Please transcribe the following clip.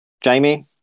Jamie